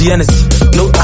no